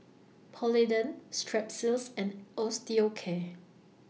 Polident Strepsils and Osteocare